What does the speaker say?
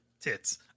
Tits